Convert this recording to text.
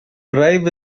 drive